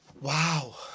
wow